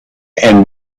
and